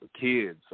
kids